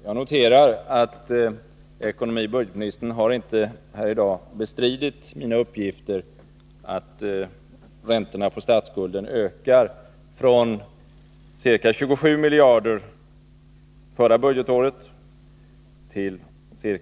Fru talman! Jag noterar att ekonomioch budgetministern i dag inte har bestritt mina uppgifter om att räntorna på statsskulden ökar från ca 27 miljarder kronor förra budgetåret till